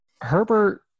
Herbert